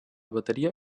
bateria